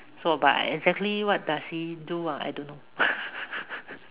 so but exactly what does he do ah I don't know